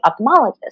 ophthalmologist